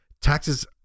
Taxes